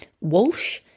Walsh